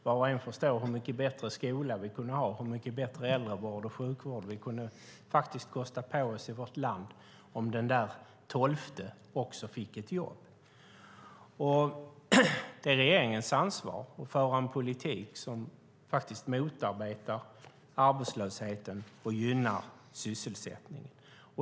Var och en förstår hur mycket bättre skola vi kunde ha och hur mycket bättre äldrevård och sjukvård vi kunde kosta på oss i vårt land om den där tolfte personen också fick ett jobb. Det är regeringens ansvar att föra en politik som motarbetar arbetslösheten och gynnar sysselsättningen.